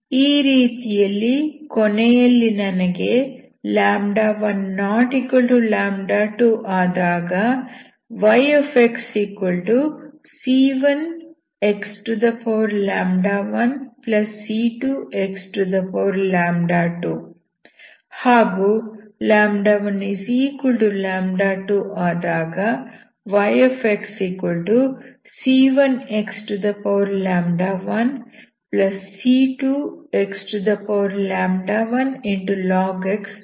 ಈ ರೀತಿಯಲ್ಲಿ ಕೊನೆಯಲ್ಲಿ ನನಗೆ 12 ಆದಾಗ yxc1x1c2x2 ಹಾಗೂ 12 ಆದಾಗ yxc1x1c2x1log x ಸಿಗುತ್ತದೆ